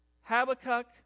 Habakkuk